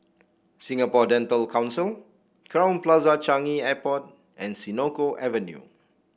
Singapore Dental Council Crowne Plaza Changi Airport and Senoko Avenue